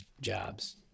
jobs